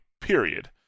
period